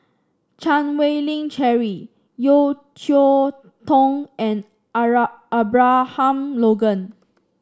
Chan Wei Ling Cheryl Yeo Cheow Tong and Ara Abraham Logan